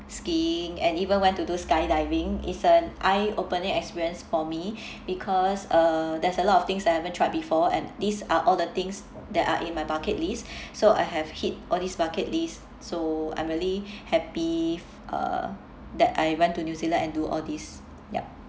skiing and even went to do skydiving it's an eye opening experience for me because uh there's a lot of things I haven't tried before and these are all the things that are in my bucket list so I have hit all these bucket list so I'm really happy uh that I went to new zealand and do all these yup